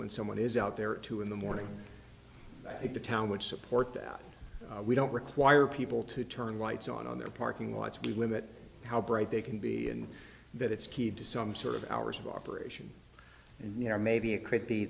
when someone is out there at two in the morning i think the town would support that we don't require people to turn lights on their parking lights could limit how bright they can be and that it's keyed to some sort of hours of operation and you know maybe it could be